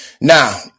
Now